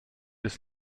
ist